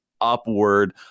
upward